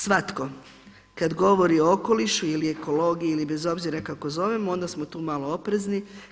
Svatko kada govori o okolišu i ekologiji ili bez obzira kako zovemo onda smo tu malo oprezni.